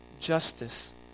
justice